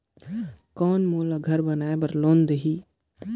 कौन मोला घर बनाय बार लोन देही?